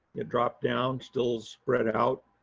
it dropped down, still spread out,